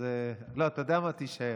אז, לא, אתה יודע מה, תישאר.